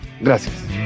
Gracias